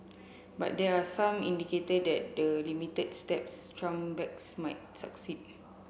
but there are some indicator that the limited steps Trump backs might succeed